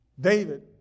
David